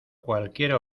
cualquier